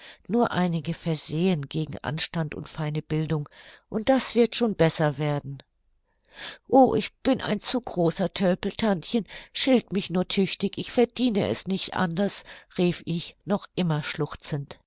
nur einige versehen gegen anstand und feine bildung und das wird schon besser werden o ich bin ein zu großer tölpel tantchen schilt mich nur tüchtig ich verdiene es nicht anders rief ich noch immer